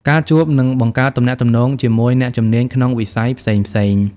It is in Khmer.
ការជួប និងបង្កើតទំនាក់ទំនងជាមួយអ្នកជំនាញក្នុងវិស័យផ្សេងៗ។